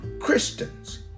Christians